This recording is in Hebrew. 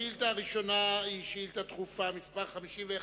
השאילתא הראשונה היא שאילתא דחופה מס' 51,